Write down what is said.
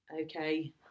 okay